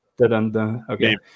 Okay